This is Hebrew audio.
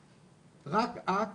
רק את ויוראי,